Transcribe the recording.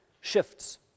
shifts